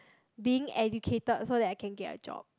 being educated so that I can get a job